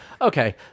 okay